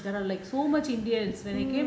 there are like so much indians when I came to the